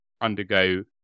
undergo